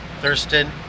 Thurston